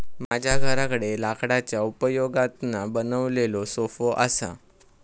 माझ्या घराकडे लाकडाच्या उपयोगातना बनवलेलो सोफो असा